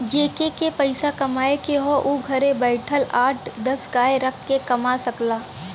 जेके के पइसा कमाए के हौ उ घरे बइठल आठ दस गाय रख के कमा सकला